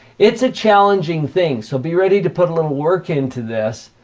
it's a challenging thing. so, be ready to put little work into this.